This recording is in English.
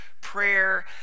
prayer